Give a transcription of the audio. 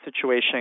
situation